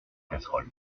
casseroles